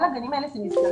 כל הגנים האלה שנסגרים,